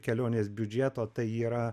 kelionės biudžeto tai yra